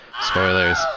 Spoilers